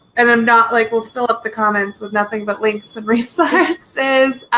and i'm not like we'll fill up the comments with nothing but links and resources.